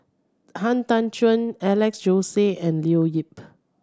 Han Tan Juan Alex Josey and Leo Yip